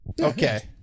Okay